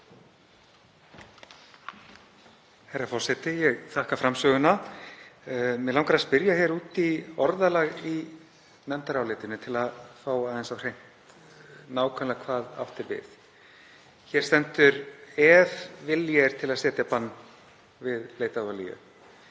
Herra forseti. Ég þakka framsöguna. Mig langar að spyrja út í orðalag í nefndarálitinu til að fá aðeins á hreint nákvæmlega hvað átt er við. Hér stendur: „… ef vilji er til að setja bann við leit og